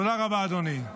תודה רבה, אדוני.